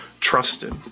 trusted